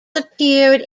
appeared